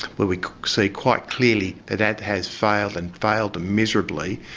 where we see quite clearly that that has failed and failed miserably,